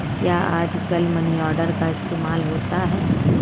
क्या आजकल money order का इस्तेमाल होता है?